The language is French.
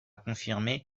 confirmé